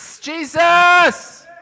Jesus